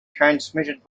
transmitted